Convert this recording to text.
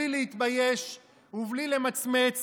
בלי להתבייש ובלי למצמץ